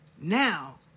Now